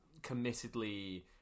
committedly